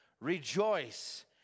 rejoice